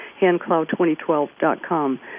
handcloud2012.com